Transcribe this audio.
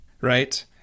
right